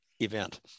event